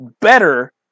better